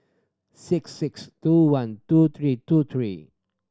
six six two one two three two three